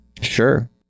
Sure